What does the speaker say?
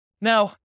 Now